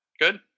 Good